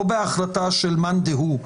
לא בהחלטה של מאן דהוא,